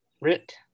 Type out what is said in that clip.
Rit